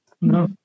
No